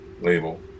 label